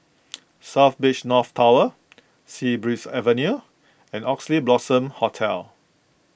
South Beach North Tower Sea Breeze Avenue and Oxley Blossom Hotel